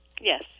Yes